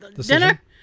dinner